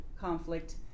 conflict